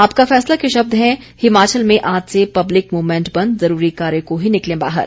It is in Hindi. आपका फैसला के शब्द हैं हिमाचल में आज से पब्लिक मूवमेंट बंद जरूरी कार्य को ही निकलें बाहर